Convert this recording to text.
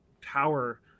power